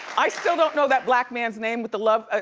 i still don't know that black man's name with the love,